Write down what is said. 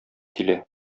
килә